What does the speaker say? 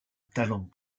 talent